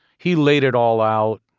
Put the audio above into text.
he laid it all out,